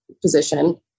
position